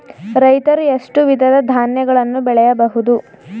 ರೈತರು ಎಷ್ಟು ವಿಧದ ಧಾನ್ಯಗಳನ್ನು ಬೆಳೆಯಬಹುದು?